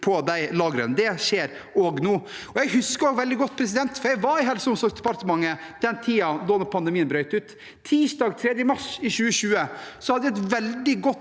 på de lagrene. Det skjer også nå. Jeg husker det veldig godt, for jeg var i Helse- og omsorgsdepartementet i den tiden da pandemien brøt ut. Tirsdag 3. mars i 2020 hadde jeg et veldig godt